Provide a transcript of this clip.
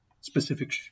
specific